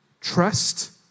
trust